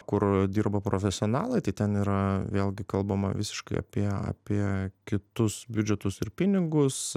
kur dirba profesionalai tai ten yra vėlgi kalbama visiškai apie apie kitus biudžetus ir pinigus